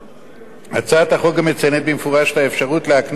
הצעת החוק גם מציינת במפורש את האפשרות להקנות לו